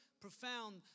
Profound